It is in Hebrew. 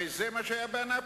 הרי זה מה שהיה באנאפוליס,